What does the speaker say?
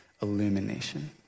illumination